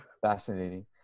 fascinating